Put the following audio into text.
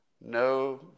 No